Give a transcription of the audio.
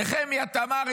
האלוף נחמיה תמרי,